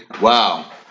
Wow